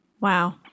Wow